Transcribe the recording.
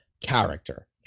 character